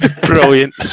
Brilliant